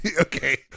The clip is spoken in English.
Okay